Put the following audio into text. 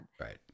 Right